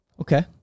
Okay